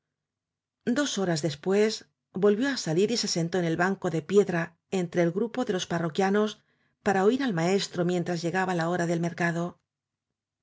dos horas después volvió á salir y se sentóel banco de en piedra entre el grupo de los pa rroquianos para oir al maestro mientras llegaba la hora del mercado